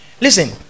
Listen